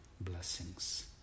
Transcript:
blessings